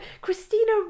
Christina